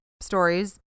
stories